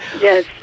Yes